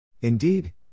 Indeed